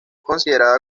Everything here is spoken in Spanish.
considerada